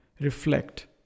reflect